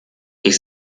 ich